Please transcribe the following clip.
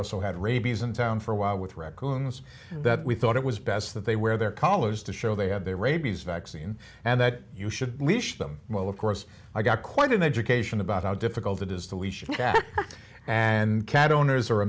also had rabies in town for a while with reckless that we thought it was best that they wear their collars to show they had their rabies vaccine and that you should leash them well of course i got quite an education about how difficult it is that we should and cat owners are a